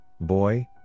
boy